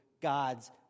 God's